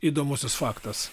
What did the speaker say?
įdomusis faktas